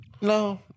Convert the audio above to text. No